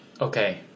Okay